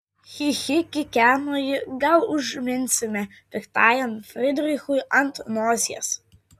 chi chi kikeno ji gal užminsime piktajam frydrichui ant nosies